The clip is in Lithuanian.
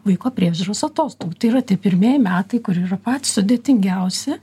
vaiko priežiūros atostogų tai yra tie pirmieji metai kurie yra patys sudėtingiausi